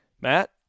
matt